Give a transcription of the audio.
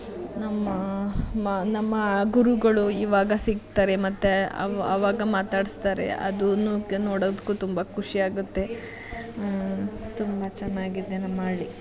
ನಮ್ಮ ಮ ನಮ್ಮ ಗುರುಗಳು ಇವಾಗ ಸಿಕ್ತಾರೆ ಮತ್ತು ಆವಾಗ ಮಾತಾಡಿಸ್ತಾರೆ ಅದು ನೋಡೋಕ್ಕೂ ತುಂಬ ಖುಷಿ ಆಗುತ್ತೆ ತುಂಬ ಚೆನ್ನಾಗಿದೆ ನಮ್ಮ ಹಳ್ಳಿ